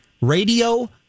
radio